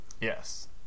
Yes